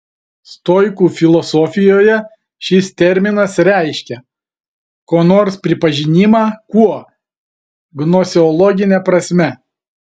stoikų filosofijoje šis terminas reiškia ko nors pripažinimą kuo gnoseologine prasme